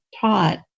taught